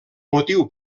motiu